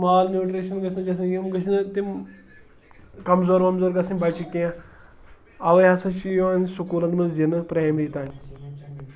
malnutrition گژھِ نہٕ گژھن یِم گٔژھ نہٕ تِم کَمزور وَمزور گَژھٕنۍ بَچہِ کینٛہہ اَوٕے ہَسا چھِ یِوَان سکوٗلَن منٛز دِنہٕ پرٛایمری تانۍ